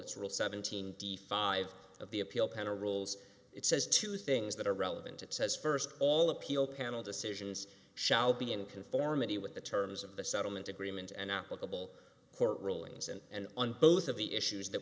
it's real seventeen d five of the appeal penna rules it says two things that are relevant it says first all appeal panel decisions shall be in conformity with the terms of the settlement agreement and applicable court rulings and on both of the issues that